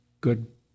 good